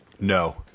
No